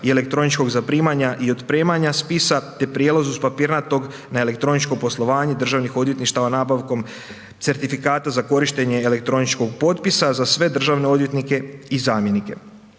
i elektroničkog zaprimanja i otpremanja spisa te prijelaz iz papirnatog na elektroničko poslovanje državnih odvjetništava nabavkom certifikata za korištene elektroničkog potpisa za sve državne odvjetnike i zamjenike.